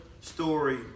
story